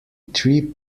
three